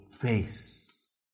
face